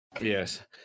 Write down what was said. Yes